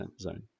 zone